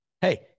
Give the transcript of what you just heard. Hey